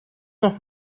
noch